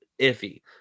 iffy